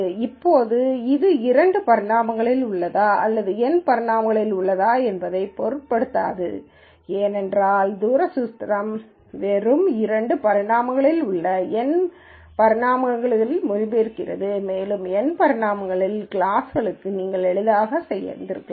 இப்போது இது இரண்டு பரிமாணங்களில் உள்ளதா அல்லது N பரிமாணங்களில் உள்ளதா என்பதை பொருட்படுத்தாது ஏனென்றால் தூர சூத்திரம் வெறுமனே இரண்டு பரிமாணங்களில் உள்ளதை N பரிணாமங்களுக்கு மொழிபெயர்க்கிறது மேலும் N பரிமாணங்களில் கிளாஸ்களுக்கு நீங்கள் எளிதாக செய்திருக்கலாம்